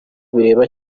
bireba